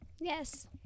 Yes